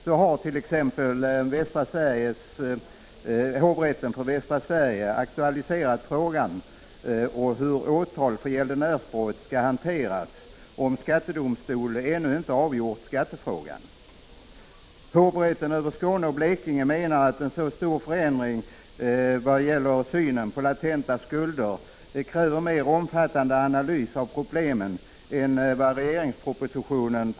Hovrätten för Västra Sverige har t.ex. aktualiserat frågan hur åtal för gäldenärsbrott skall hanteras om skattedomstol ännu inte har avgjort skattefrågan. Hovrätten över Skåne och Blekinge menar att en så stor förändring vad gäller synen på latenta skulder kräver en mer omfattande analys av problemen än vad som presteras i regeringspropositionen.